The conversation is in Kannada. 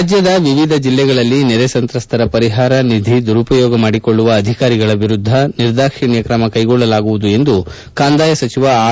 ರಾಜ್ಯದ ವಿವಿಧ ಜಿಲ್ಲೆಗಳಲ್ಲಿ ನೆರೆ ಸಂತ್ರಸ್ತರ ಪರಿಹಾರ ನಿಧಿ ದುರುಪಯೋಗ ಮಾಡಿಕೊಳ್ಳುವ ಅಧಿಕಾರಿಗಳ ವಿರುದ್ದ ನಿರ್ದಾಕ್ಷಿಣ್ಣ ಕ್ರಮ ಕ್ಲೆಗೊಳ್ಟಲಾಗುವುದು ಎಂದು ಕಂದಾಯ ಸಚಿವ ಆರ್